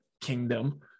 kingdom